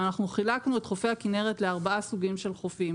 ואנחנו חילקנו את חופי הכנרת לארבעה סוגים של חופים,